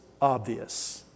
obvious